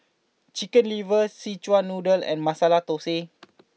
Chicken Liver Szechuan Noodle and Masala Thosai